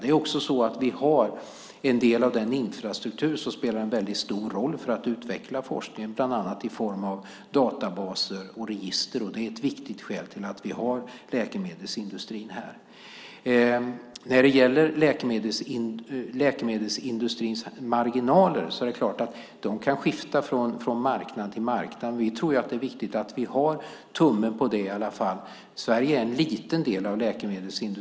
Det är också så att vi har en del av den infrastruktur som spelar en väldigt stor roll för att utveckla forskningen, bland annat i form av databaser och register. Det är ett viktigt skäl till att vi har läkemedelsindustrin här. När det gäller läkemedelsindustrins marginaler är det klart att de kan skifta från marknad till marknad. Vi tror att det är viktigt att vi i alla fall har tummen på det.